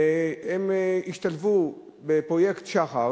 והם השתלבו בפרויקט שח"ר,